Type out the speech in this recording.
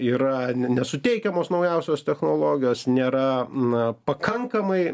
yra nesuteikiamos naujausios technologijos nėra na pakankamai